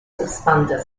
suspended